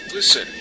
Listen